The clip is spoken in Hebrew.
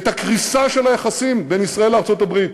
את הקריסה של היחסים בין ישראל לארצות-הברית.